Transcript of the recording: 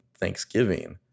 thanksgiving